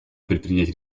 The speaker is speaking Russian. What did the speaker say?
предпринять